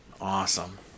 Awesome